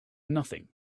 nothing